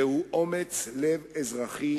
זה אומץ לב אזרחי